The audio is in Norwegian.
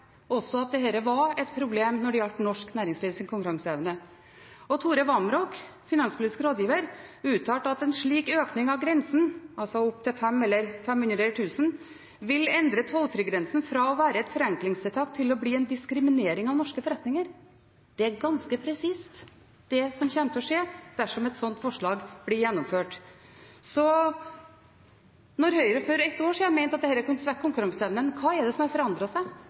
at dette var et problem når det gjaldt norsk næringslivs konkurranseevne. Tore Vamraak, finanspolitisk rådgiver, uttalte: «En slik økning» – av grensen, altså opp til 500 kr eller 1 000 kr – «vil endre «tollfrigrensen» fra å være et forenklingstiltak til å bli en diskriminering av norske forretninger.» Det er ganske presist det som kommer til å skje dersom et slikt forslag blir vedtatt. Når Høyre for et år siden mente at dette kunne svekke konkurranseevnen, hva er det som har forandret seg